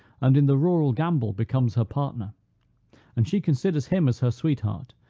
and in the rural gambol becomes her partner and she considers him as her sweetheart,